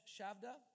Shavda